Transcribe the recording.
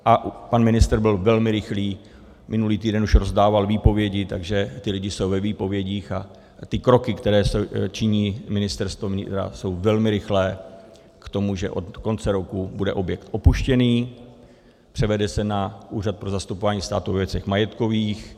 A pan ministr byl velmi rychlý, minulý týden už rozdával výpovědi, takže ti lidé jsou ve výpovědích a kroky, které činí Ministerstvo vnitra, jsou velmi rychlé k tomu, že od konce roku bude objekt opuštěný, převede se na Úřad pro zastupování státu ve věcech majetkových.